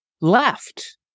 left